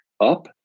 up